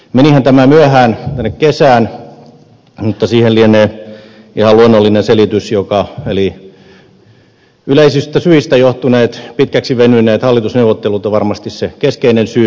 menihän tämä myöhään kesään mutta siihen lienee ihan luonnollinen selitys eli yleisistä syistä johtuneet pitkiksi venyneet hallitusneuvottelut on varmasti se keskeinen syy